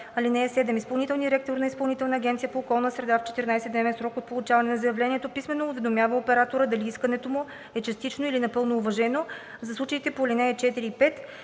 „(7) Изпълнителният директор на Изпълнителната агенция по околна среда в 14-дневен срок от получаване на заявлението писмено уведомява оператора дали искането му е частично, или напълно уважено за случаите по ал. 4 и 5